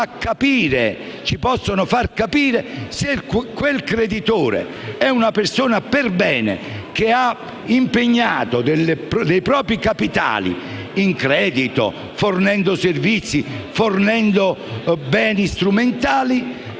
che possono far capire se un creditore è una persona perbene, che ha impegnato i propri capitali in credito, fornendo servizi o beni strumentali.